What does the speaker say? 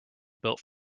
built